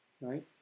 right